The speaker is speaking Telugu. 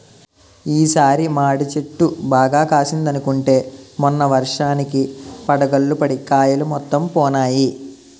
ఈ సారి మాడి చెట్టు బాగా కాసిందనుకుంటే మొన్న వర్షానికి వడగళ్ళు పడి కాయలు మొత్తం పోనాయి